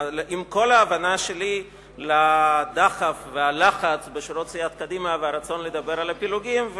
עם כל ההבנה שלי לדחף וללחץ בשורות סיעת קדימה והרצון לדבר על הפילוגים,